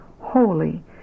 holy